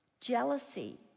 jealousy